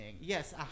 Yes